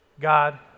God